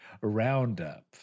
roundup